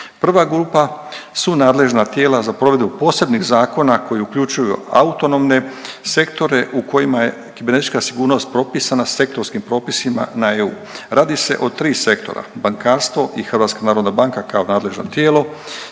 Prva grupa su nadležna tijela za provedbu posebnih zakona koji uključuju autonomne sektore u kojima je kibernetička sigurnost propisana sektorskim propisima na EU. Radi se o tri sektora – bankarstvo i Hrvatska narodna banka